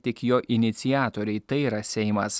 tik jo iniciatoriai tai yra seimas